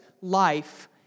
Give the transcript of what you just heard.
life